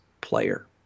player